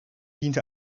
diente